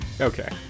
Okay